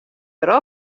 wer